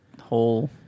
whole